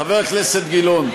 חבר הכנסת גילאון,